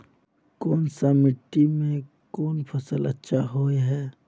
कोन सा मिट्टी में कोन फसल अच्छा होय है?